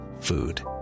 Food